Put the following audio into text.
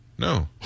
No